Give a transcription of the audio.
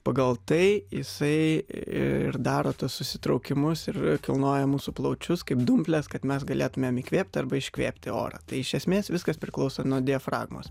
pagal tai jisai ir daro tuos susitraukimus ir kilnoja mūsų plaučius kaip dumplės kad mes galėtumėm įkvėpti arba iškvėpti orą tai iš esmės viskas priklauso nuo diafragmos